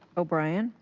o'brien.